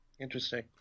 interesting